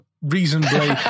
reasonably